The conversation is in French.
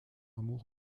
amour